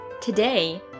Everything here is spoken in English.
Today